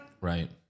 Right